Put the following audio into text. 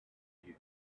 few